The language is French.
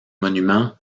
monuments